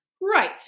right